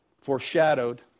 Foreshadowed